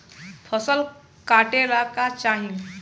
फसल काटेला का चाही?